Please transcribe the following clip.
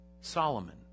Solomon